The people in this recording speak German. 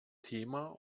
thema